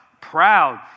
Proud